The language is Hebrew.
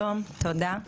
תודה.